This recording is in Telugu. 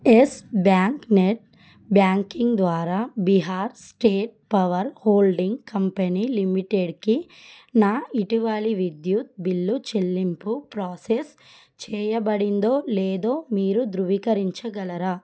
ఎస్ బ్యాంక్ నెట్ బ్యాంకింగ్ ద్వారా Bihar state power holding company లిమిటెడ్కి నా ఇటీవలి విద్యుత్ బిల్లు చెల్లింపు ప్రాసెస్ చేయబడిందో లేదో మీరు ధృవీకరించగలరా